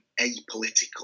apolitical